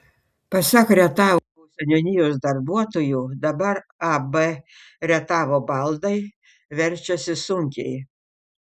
pasak rietavo seniūnijos darbuotojų dabar ab rietavo baldai verčiasi sunkiai